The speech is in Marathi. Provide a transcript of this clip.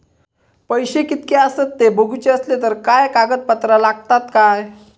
पैशे कीतके आसत ते बघुचे असले तर काय कागद पत्रा लागतात काय?